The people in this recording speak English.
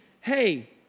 hey